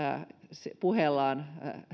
puheellaan